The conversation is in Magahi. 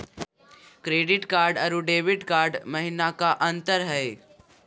क्रेडिट कार्ड अरू डेबिट कार्ड महिना का अंतर हई?